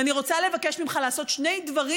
אני רוצה לבקש ממך לעשות שני דברים.